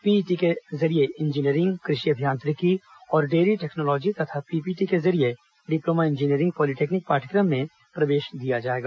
PET के जरिये engineering कृषि अभियांत्रिकी और डेयरी टेक्नोलॉजी तथा पीपीटी के जरिये डिप्लोमा इंजीनियरिंग पॉलिटेक्निक पाठ्यक्रम में प्रवेश दिया जाएगा